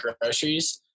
groceries